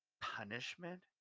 punishment